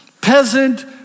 peasant